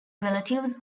relatives